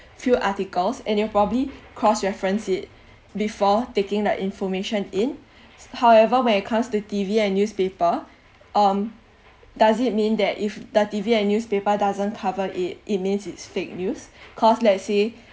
few articles and then probably cross reference it before taking the information in however when it comes to T_V and newspaper um does it mean that if the T_V and newspaper doesn't cover it it means it's fake news cause let's say